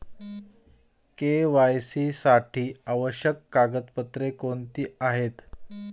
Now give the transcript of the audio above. KYC साठी आवश्यक कागदपत्रे कोणती आहेत?